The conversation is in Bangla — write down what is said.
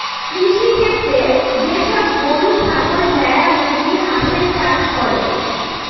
কৃষিক্ষেত্রে যে সব গরু, ছাগল, ভেড়া, মুরগি, হাঁসের চাষ করে